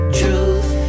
truth